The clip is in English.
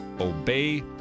obey